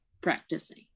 practicing